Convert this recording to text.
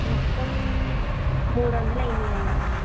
మొత్తం మూడు వందలు అయ్యాయండీ